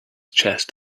chest